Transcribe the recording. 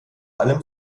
allem